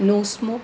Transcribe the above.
no smoke